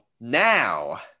now